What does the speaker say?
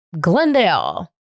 Glendale